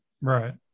Right